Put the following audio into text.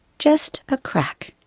just a crack.